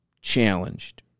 challenged